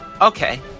Okay